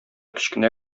кечкенә